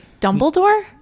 dumbledore